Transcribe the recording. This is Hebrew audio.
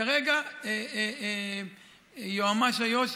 כרגע יועמ"ש איו"ש